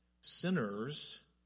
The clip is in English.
sinners